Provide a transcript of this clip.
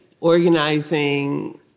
organizing